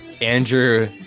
Andrew